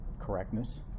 correctness